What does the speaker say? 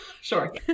sure